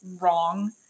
wrong